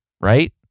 right